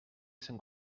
sant